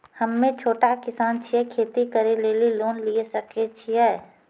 हम्मे छोटा किसान छियै, खेती करे लेली लोन लिये सकय छियै?